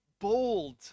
bold